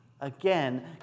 again